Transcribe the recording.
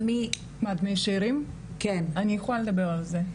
בני שארים, אני יכולה לדבר על זה.